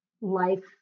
life